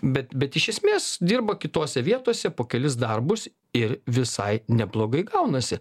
bet bet iš esmės dirba kitose vietose po kelis darbus ir visai neblogai gaunasi